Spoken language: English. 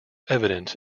evident